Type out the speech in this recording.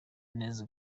neza